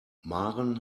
maren